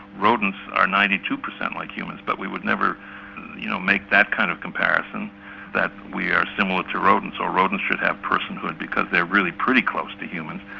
rodents are ninety two percent like humans but we would never you know make that kind of comparison that we are similar to rodents or rodents should have personhood because they are pretty close to humans.